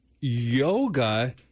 yoga